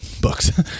books